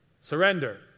Surrender